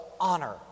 honor